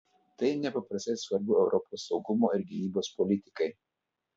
tai nepaprastai svarbu europos saugumo ir gynybos politikai